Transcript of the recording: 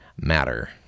matter